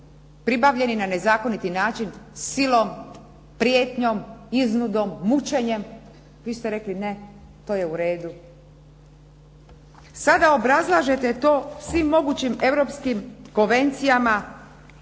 pribavljeni na nezakoniti način silom, prijetnjom, iznudom, mućenjem, vi ste rekli ne, to je u redu. Sada obrazlažete to svim mogućim europskim konvencijama